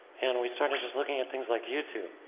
and we started just looking at things like youtube.